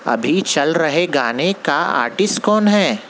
ابھی چل رہے گانے کا آرٹسٹ کون ہے